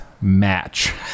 match